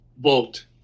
Vote